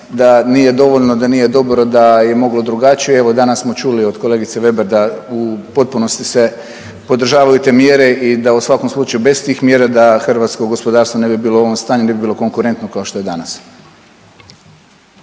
da nije dovoljno, da nije dobro, da je moglo drugačije, evo dana smo čuli od kolegice Veber da u potpunosti se podržavaju te mjere i da u svakom slučaju bez tih mjera da hrvatsko gospodarstvo ne bi bilo u ovom stanju, ne bi bilo konkurentno kao što je danas.